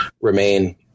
remain